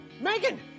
Megan